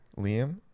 Liam